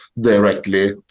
directly